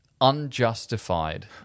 unjustified